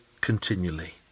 continually